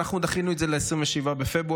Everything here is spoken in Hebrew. אנחנו דחינו את זה ל-27 בפברואר,